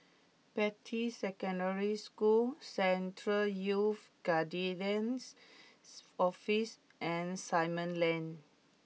Beatty Secondary School Central Youth Guidance Office and Simon Lane